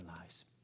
lives